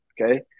Okay